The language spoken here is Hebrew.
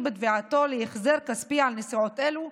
בתביעתו להחזר כספי על נסיעות אלו,